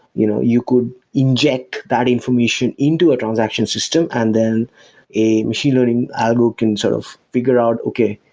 you know you could inject that information into a transaction system and then a machine learning algo can sort of figure out, okay,